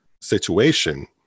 situation